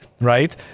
right